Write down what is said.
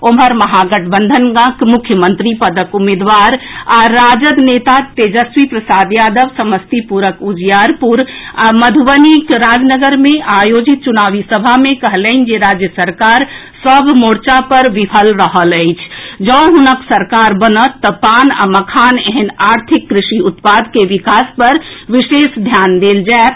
ओम्हर महागठबंधनक के मुख्यमंत्री पदक उम्मीदवार आ राजद नेता तेजस्वी प्रसाद यादव समस्तीपुरक उजियारपुर आ मधुबनीक राजनगर मे आयोजित चुनावी सभा मे कहलनि जे राज्य सरकार सभ मोर्चा पर विफल रहल अछि जैं हुनक सरकार बनत तऽ पान आ मखान एहेन आर्थिक कृषि उत्पाद के विकास पर विशेष ध्यान देल जाएत